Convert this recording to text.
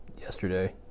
yesterday